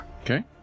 Okay